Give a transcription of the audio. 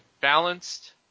balanced